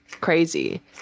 crazy